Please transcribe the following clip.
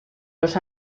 los